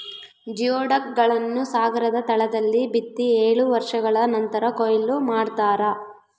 geoduck ಗಳನ್ನು ಸಾಗರದ ತಳದಲ್ಲಿ ಬಿತ್ತಿ ಏಳು ವರ್ಷಗಳ ನಂತರ ಕೂಯ್ಲು ಮಾಡ್ತಾರ